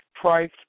price